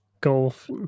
golf